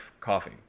coffee